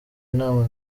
inama